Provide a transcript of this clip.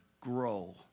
grow